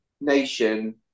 Nation